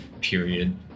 period